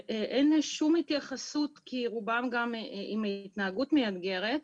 אין שום התייחסות כי רובם עם התנהגות מאתגרת,